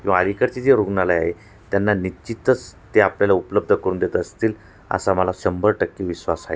किंवा अलीकडचे जे रुग्णालय आहे त्यांना निश्चितच ते आपल्याला उपलब्ध करून देत असतील असा मला शंभर टक्के विश्वास आहे